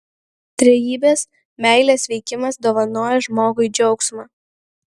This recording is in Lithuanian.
trejybės meilės veikimas dovanoja žmogui džiaugsmą